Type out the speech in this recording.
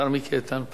השר מיקי איתן פה.